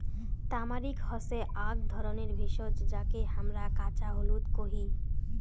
তামারিক হসে আক ধরণের ভেষজ যাকে হামরা কাঁচা হলুদ কোহি